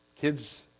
kid's